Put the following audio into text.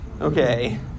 okay